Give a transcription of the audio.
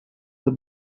the